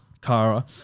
Kara